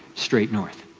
straight north.